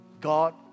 God